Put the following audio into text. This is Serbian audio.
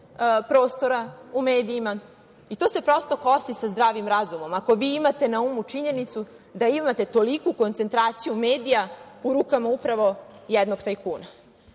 prostora u medijima. To se prosto kosi sa zdravim razumom, ako vi imate na umu činjenicu da imate toliku koncentraciju medija u rukama upravo jednog tajkuna. Opet